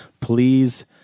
please